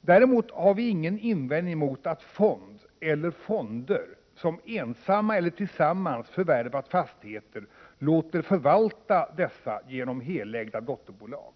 Däremot har vi ingen invändning mot att fond — eller fonder — som ensamma eller tillsammans förvärvat fastigheter låter förvalta dessa genom helägda dotterbolag.